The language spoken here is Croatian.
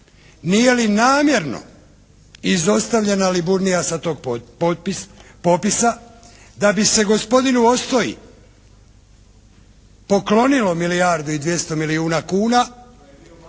nije li namjerno izostavljena "Liburnija" sa tog popisa da bi se gospodinu Ostoji poklonilo milijardu i 200 milijuna kuna,